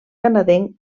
canadenc